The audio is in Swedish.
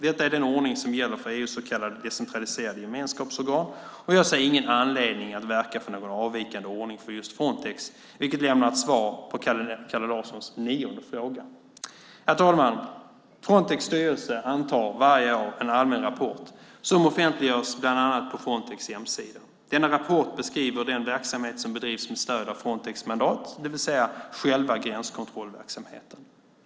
Detta är den ordning som gäller för EU:s så kallade decentraliserade gemenskapsorgan, och jag ser ingen anledning att verka för någon avvikande ordning för just Frontex, vilket lämnar ett svar på Kalle Larssons nionde fråga. Herr talman! Frontex styrelse antar varje år en allmän rapport, som offentliggörs bland annat på Frontex hemsida. Denna rapport beskriver den verksamhet som bedrivs med stöd av Frontex mandat, det vill säga själva gränskontrollverksamheten.